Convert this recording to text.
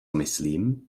myslím